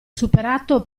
superato